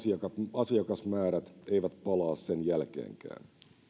asiakasmäärät eivät palaa sen jälkeenkään